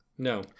No